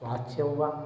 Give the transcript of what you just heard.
वाच्यं वा